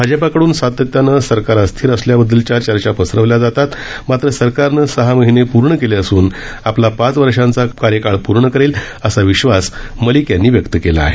भाजपाकड़न सातत्यानं सरकार अस्थिर असल्याबददलच्या चर्चा पसरवल्या जातात मात्र सरकारनं सहा महिने पूर्ण केले असून आपला पाच वर्षांचा कार्यकाळ पूर्ण करेल असा विश्वास मलिक यांनी व्यक्त केला आहे